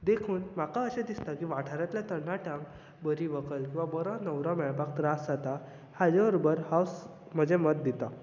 देखून म्हाका अशें दिसता की वाठारांतल्या तरनाट्यांक बरी व्हंकल वा बरो न्हवरो मेळपाक त्रास जाता हाचे बरोबर हांव म्हजें मत दिता